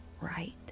right